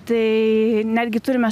tai netgi turime